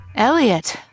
Elliot